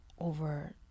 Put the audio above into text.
over